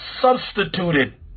substituted